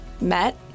met